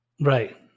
Right